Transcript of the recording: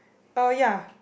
oh ya